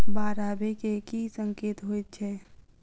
बाढ़ आबै केँ की संकेत होइ छै?